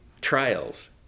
trials